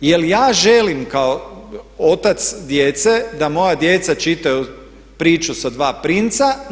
Jer ja želim kao otac djece da moja djeca čitaju priču sa dva princa.